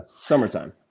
summertime.